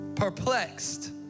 perplexed